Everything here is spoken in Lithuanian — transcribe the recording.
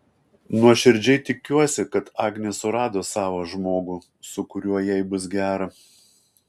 nuoširdžiai tikiuosi kad agnė surado savą žmogų su kuriuo jai bus gera